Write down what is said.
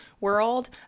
world